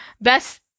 Best